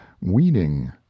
weeding